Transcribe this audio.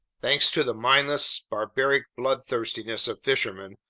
thanks to the mindless, barbaric bloodthirstiness of fishermen,